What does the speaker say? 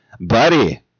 Buddy